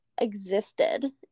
existed